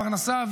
פרנסה,